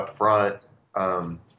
up-front